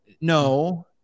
no